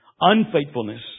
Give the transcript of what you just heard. unfaithfulness